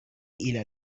إلى